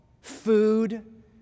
Food